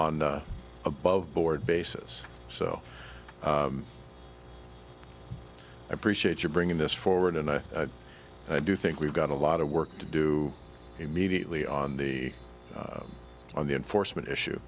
on the above board basis so i appreciate your bringing this forward and i i do think we've got a lot of work to do immediately on the on the enforcement issue